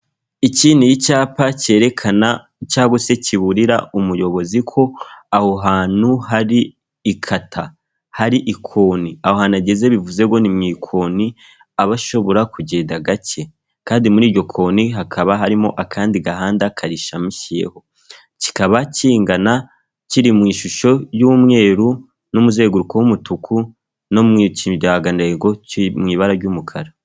Iki ni icyapa cyerekana cyangwa se kiburira umuyobozi ko aho hantu hari ikata, hari ikoni ahantu ageze bivuze ngo ni mu ikoni aba ashobora kugenda gake kandi muri iryo koni hakaba harimo akandi gahanda karishamikiyeho, kikaba kingana kiri mu ishusho y'umweru n'umuzenguruko w'umutuku no mu kiranga ntego kiri mu ibara ry'umukara.